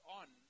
on